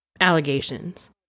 allegations